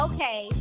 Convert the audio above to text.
Okay